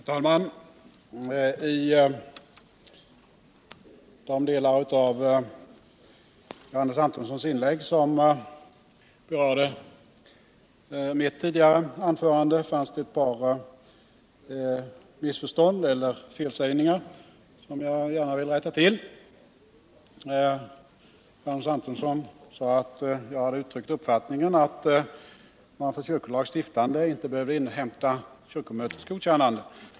Herr talman! I de delar av Johannes Antonssons inlägg som berörde mitt tidigare anförande fanns eu par missförstånd. som jag gärna vill rätta till. Johannes Antonsson sade att jag hade uttryckt uppfattningen att man för kyrkolagstiftande inte behövde inhämta kyrkomötets godkännande.